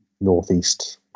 northeast